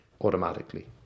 automatically